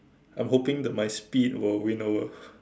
I am hoping that my speed will win over